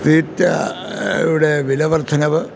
തീറ്റയുടെ വില വർദ്ധനവ്